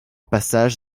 passage